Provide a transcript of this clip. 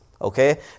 Okay